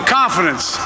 confidence